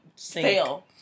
fail